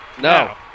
no